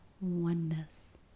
oneness